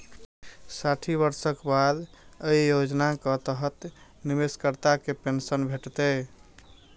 साठि वर्षक बाद अय योजनाक तहत निवेशकर्ता कें पेंशन भेटतै